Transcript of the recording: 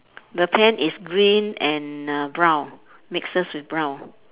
the pant is green and uh brown mixes with brown